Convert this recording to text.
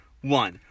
one